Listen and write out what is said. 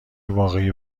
واقعی